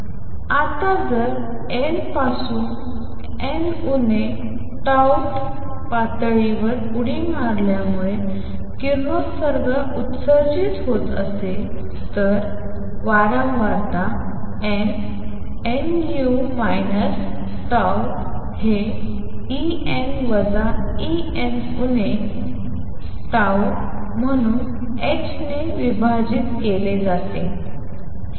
आता जर n पासून n उणे tau th पातळीवर उडी मारल्यामुळे किरणोत्सर्ग उत्सर्जित होत असेल तर वारंवारता n nu n minus tau हे E n वजा E n उणे ता म्हणून h ने विभाजित केले जाते